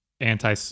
anti